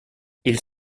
ils